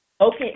Okay